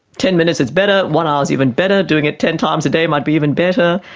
ten minutes is better, one hour is even better, doing it ten times a day might be even better,